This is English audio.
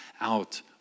out